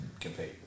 compete